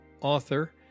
author